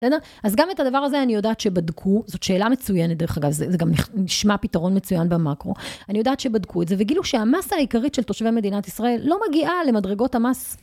בסדר? אז גם את הדבר הזה אני יודעת שבדקו, זאת שאלה מצוינת דרך אגב, זה גם נשמע פתרון מצוין במאקרו, אני יודעת שבדקו את זה, וגילו שהמסה העיקרית של תושבי מדינת ישראל לא מגיעה למדרגות המס.